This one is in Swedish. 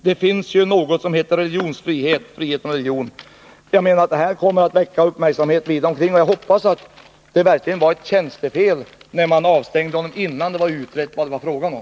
Det finns ju något som heter religionsfrihet — frihet från religion.” Jag menar att det här kommer att väcka uppmärksamhet vida omkring, och jag hoppas att det verkligen var ett tjänstefel när man avstängde läkaren innan man hade utrett vad det var fråga om.